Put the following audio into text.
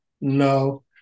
No